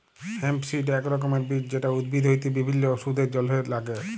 hemp seed এক রকমের বীজ যেটা উদ্ভিদ হইতে বিভিল্য ওষুধের জলহে লাগ্যে